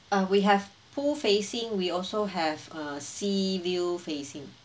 uh we have pool facing we also have uh sea view facing